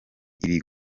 ibi